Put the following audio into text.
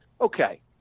Okay